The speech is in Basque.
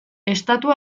estatu